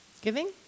Giving